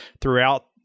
throughout